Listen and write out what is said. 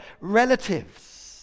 relatives